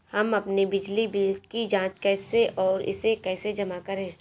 हम अपने बिजली बिल की जाँच कैसे और इसे कैसे जमा करें?